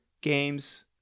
games